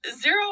Zero